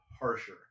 harsher